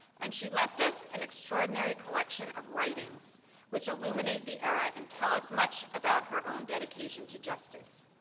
and, she left us an extraordinary collection of writings which illuminate the era and tell us much about her own dedication to justice.